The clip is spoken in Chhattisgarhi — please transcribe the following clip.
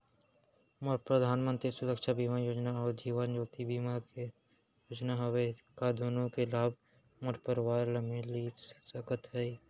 मोर परधानमंतरी सुरक्षा बीमा योजना अऊ जीवन ज्योति बीमा योजना हवे, का दूनो के लाभ मोर परवार ल मिलिस सकत हे?